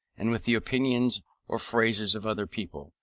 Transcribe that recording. and with the opinions or phrases of other people,